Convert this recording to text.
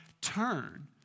turn